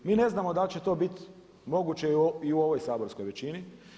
Mi ne znamo da li će to biti moguće i ovoj saborskoj većini.